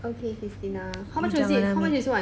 you jangan ambil